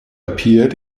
appeared